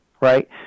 right